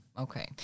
Okay